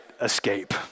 escape